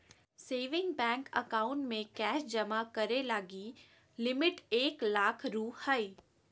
saving bank account में कैश जमा करे लगी लिमिट एक लाख रु हइ